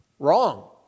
Wrong